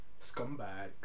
Scumbag